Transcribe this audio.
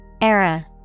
Era